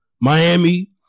Miami